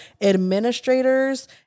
administrators